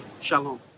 Shalom